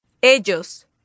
Ellos